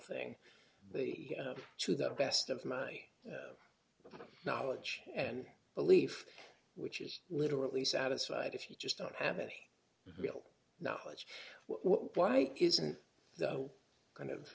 thing but to the best of my knowledge and belief which is literally satisfied if you just don't have any real knowledge why isn't the kind of